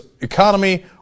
economy